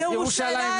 לימור, שניה.